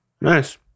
Nice